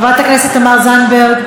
חבר הכנסת דב חנין,